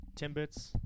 timbits